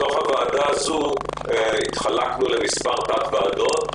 בתוך הוועדה הזו התחלקנו למספר תת-ועדות.